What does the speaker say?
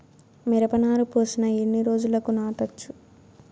మిరప నారు పోసిన ఎన్ని రోజులకు నాటచ్చు?